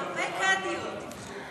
הרבה קאדיות תבחרו.